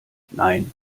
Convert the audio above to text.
nein